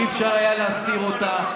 אי-אפשר היה להסתיר אותה.